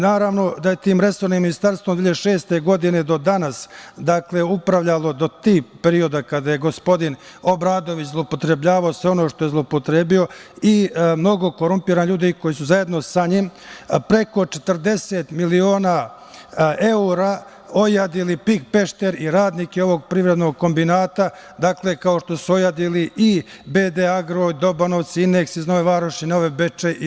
Naravno da je tim resornim ministarstvom od 2006. godine do danas upravljalo do tih perioda kada je gospodin Obradović zloupotrebljavao sve ono što je zloupotrebio i mnogo korumpiranih ljudi koji su zajedno sa njim, preko 40 miliona evra ojadili „PIK Pešter“ i radnike ovog privrednog kombinata, kao što su ojadili „BD Agro“ Dobanovci, „Ineks“ iz Nove Varoši, Novi Bečej, itd.